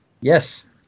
Yes